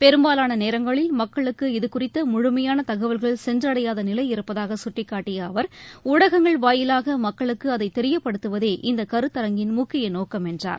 பெரும்பாலான நேரங்களில் மக்களுக்கு இது குறித்த முழுமையான தகவல்கள் சென்றடையாத நிலை இருப்பதாக சுட்டிக்காட்டிய அவர் ஊடகங்கள் வாயிலாக மக்களுக்கு அதை தெரியப்படுத்துவதே இந்த கருத்தரங்கின் முக்கிய நோக்கம் என்றார்